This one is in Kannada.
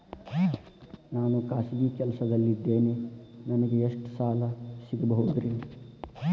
ನಾನು ಖಾಸಗಿ ಕೆಲಸದಲ್ಲಿದ್ದೇನೆ ನನಗೆ ಎಷ್ಟು ಸಾಲ ಸಿಗಬಹುದ್ರಿ?